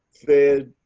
fed,